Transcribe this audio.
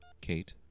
Kate